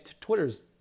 Twitter's